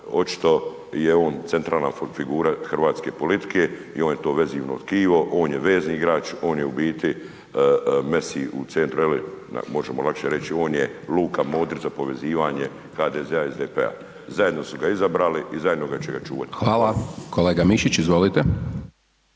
očito je on centralna figura hrvatske politike i on je to vezivno tkivo, on je vezni igrač, on je u biti Messi u centru, možemo lakše reći, on je Luka Modrić za povezivanje HDZ-a i SDP-a. Zajedno su ga izabrali i zajedno će ga čuvati. **Hajdaš Dončić, Siniša